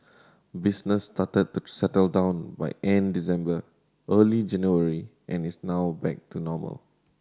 business started to settle down by end December early January and is now back to normal